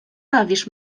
bawisz